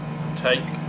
Take